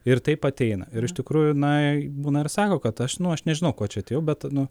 ir taip ateina ir iš tikrųjų na būna ir sako kad aš nu aš nežinau ko čia atėjau bet nu